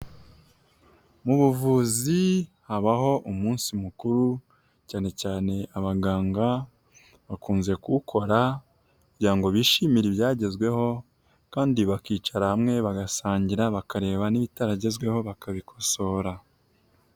Mu buvuzi habaho umunsi mukuru, cyane cyane abaganga bakunze kuwukora kugira ngo bishimire ibyagezweho, kandi bakicara hamwe bagasangira bakareba n'ibitaragezweho bakabikosora.